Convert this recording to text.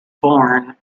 born